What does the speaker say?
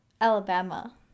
Alabama